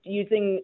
using